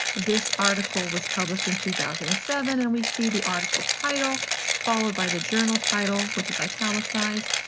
this article was published in two thousand and seven and we see the article title followed by the journal title, which is italicized,